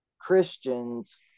Christians